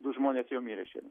du žmonės jau mirė šiemet